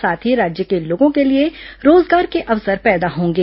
साथ ही राज्य के लोगों के लिए रोजगार के अवसर पैदा होंगे